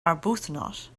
arbuthnot